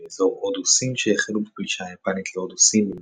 באזור הודו-סין שהחלו בפלישה היפנית להודו סין